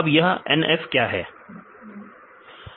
यह NF क्या है